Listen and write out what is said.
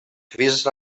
fris